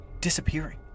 disappearing